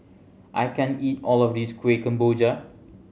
I can't eat all of this Kueh Kemboja